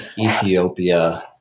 Ethiopia